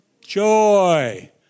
joy